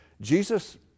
Jesus